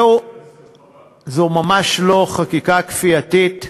זו ממש לא חקיקה כפייתית,